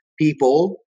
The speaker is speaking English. people